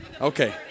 Okay